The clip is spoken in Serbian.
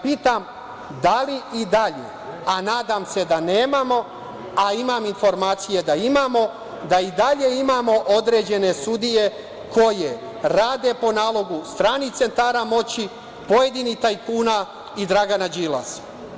Pitam, da li i dalje, a nadam se da nemamo, a imam informacije da imamo, da li i dalje imamo određene sudije koje rade po nalogu stranih centara moći, pojedinih tajkuna i Dragana Đilasa?